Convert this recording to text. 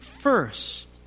first